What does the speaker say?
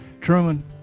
Truman